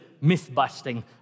myth-busting